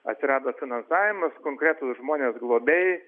atsirado finansavimas konkretūs žmonės globėjai